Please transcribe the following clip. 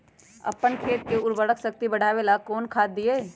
अपन खेत के उर्वरक शक्ति बढावेला कौन खाद दीये?